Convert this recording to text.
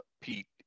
Pete